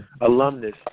alumnus